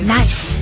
nice